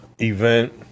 event